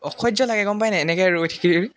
অসহ্য লাগে গম পাই নাই এনেকৈ ৰৈ থাকি